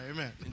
Amen